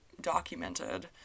documented